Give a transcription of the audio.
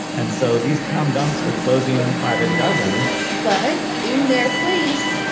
and so these town dumps were closing by the dozens but in their place,